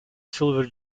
silver